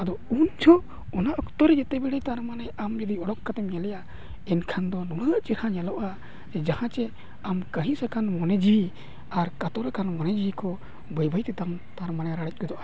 ᱟᱫᱚ ᱩᱱ ᱡᱚᱦᱚᱜ ᱚᱱᱟ ᱚᱠᱛᱚᱨᱮ ᱡᱮᱛᱮ ᱵᱮᱲᱮ ᱛᱟᱨᱢᱟᱱᱮ ᱟᱢ ᱡᱩᱫᱤ ᱩᱰᱩᱠ ᱠᱟᱛᱮᱢ ᱧᱮᱞᱮᱭᱟ ᱮᱱᱠᱷᱟᱱ ᱫᱚ ᱱᱩᱱᱟᱹᱜ ᱪᱮᱦᱨᱟ ᱧᱮᱞᱚᱜᱼᱟ ᱡᱟᱦᱟᱸ ᱡᱮ ᱟᱢ ᱠᱟᱹᱦᱤᱥ ᱟᱠᱟᱱ ᱢᱚᱱᱮ ᱡᱤᱣᱤ ᱟᱨ ᱠᱟᱛᱚᱨ ᱟᱠᱟᱱ ᱢᱚᱱᱮ ᱡᱤᱣᱤ ᱠᱚ ᱵᱟᱹᱭ ᱵᱟᱹᱭᱛᱮᱼᱛᱟᱢ ᱛᱟᱨ ᱢᱟᱱᱮ ᱨᱟᱲᱮᱡ ᱜᱚᱫᱚᱜᱼᱟ